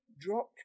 dropped